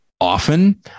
often